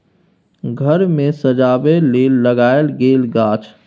घर मे सजबै लेल लगाएल गेल गाछ